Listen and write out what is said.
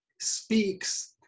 speaks